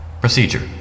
Procedure